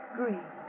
green